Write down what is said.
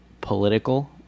political